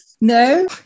No